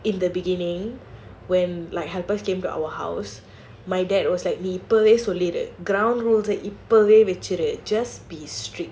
in the beginning when like helpers came to our house my dad was like இப்போவே சொல்லிடு இப்போவே வச்சிடு:ippovae sollidu ippovae vachidu just be strict